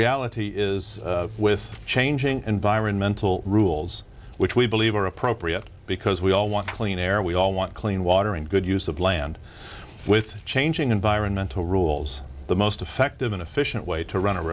reality is with changing environmental rules which we believe are appropriate because we all want clean air we all want clean water and good use of land with changing environmental rules the most effective and efficient way to run a